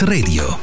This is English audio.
Radio